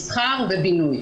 מסחר ובינוי.